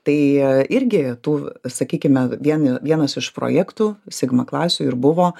tai irgi tų sakykime vieni vienas iš projektų sigma klasių ir buvo